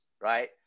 right